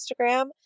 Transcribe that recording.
Instagram